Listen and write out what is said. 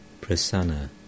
Prasanna